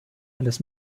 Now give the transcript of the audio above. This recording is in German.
eines